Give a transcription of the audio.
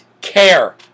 care